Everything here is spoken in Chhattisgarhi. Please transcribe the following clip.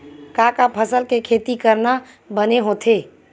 का का फसल के खेती करना बने होथे?